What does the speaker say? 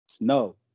No